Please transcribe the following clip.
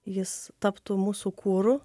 jis taptų mūsų kuru